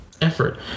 effort